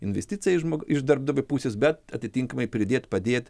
investiciją iš žmog iš darbdavio pusės bet atitinkamai pridėt padėt